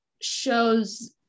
shows